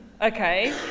okay